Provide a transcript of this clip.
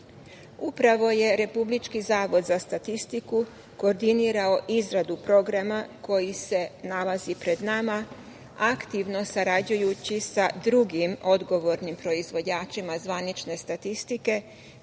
je Republički zavod za statistiku koordinirao izradu programa koji se nalazi pred nama, aktivno sarađujući sa drugim odgovornim proizvođačima zvanične statistike,